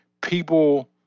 people